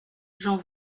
j’en